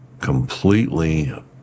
completely